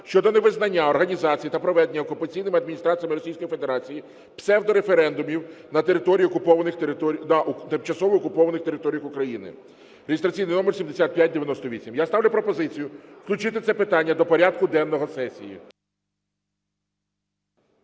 щодо невизнання організації та проведення окупаційними адміністраціями Російської Федерації псевдореферендумів на тимчасово окупованих територіях України (реєстраційний номер 7598). Я ставлю пропозицію включити це питання до порядку денного сесії.